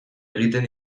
egiten